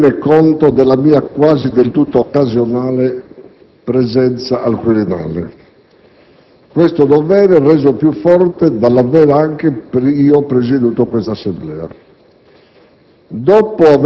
se non si tiene conto della mia quasi del tutto occasionale presenza al Quirinale. Questo dovere è reso più forte dall'avere anche presieduto questa Assemblea.